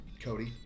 Cody